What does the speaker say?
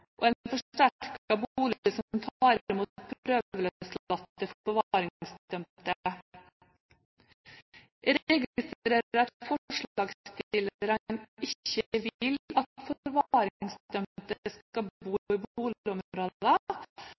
og en forsterket bolig som tar imot prøveløslatte forvaringsdømte. Jeg registrerer at forslagsstillerne ikke vil at forvaringsdømte skal bo i